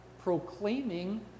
proclaiming